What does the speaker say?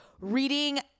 reading